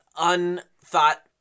unthought